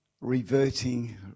reverting